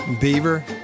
Beaver